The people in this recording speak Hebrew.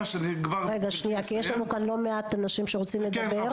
יש לנו כאן לא מעט אנשים שרוצים לדבר,